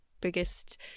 biggest